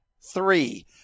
three